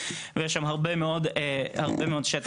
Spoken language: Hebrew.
ויש שם הרבה מאוד שטח עם פוטנציאל.